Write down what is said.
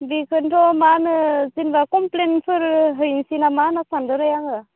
बिफोरथ' माहोनो जेनोबा कमप्लेन्टफोर हैनोसै नामा होनना सानदो आरो आङो